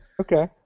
Okay